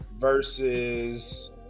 versus